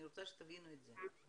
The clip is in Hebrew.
אני רוצה שתבינו את זה.